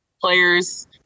players